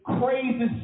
crazy